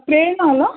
ಪ್ರೇರಣ ಅಲಾ